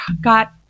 got